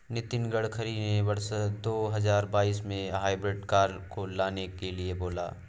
नितिन गडकरी ने वर्ष दो हजार बाईस में हाइब्रिड कार को लाने के लिए बोला